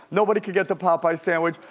nobody can get the popeye's sandwich.